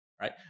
right